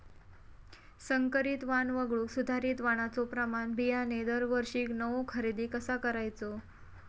संकरित वाण वगळुक सुधारित वाणाचो प्रमाण बियाणे दरवर्षीक नवो खरेदी कसा करायचो?